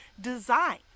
design